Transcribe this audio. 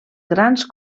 grans